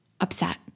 upset